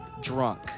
drunk